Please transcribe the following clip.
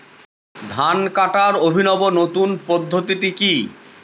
ধান কাটার অভিনব নতুন পদ্ধতিটি কি?